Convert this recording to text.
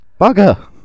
bugger